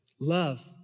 Love